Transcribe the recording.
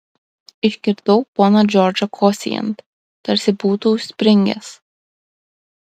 išgirdau poną džordžą kosėjant tarsi būtų užspringęs